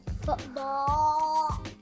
Football